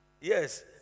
Yes